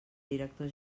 director